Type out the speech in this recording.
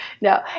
No